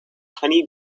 honey